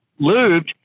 lubed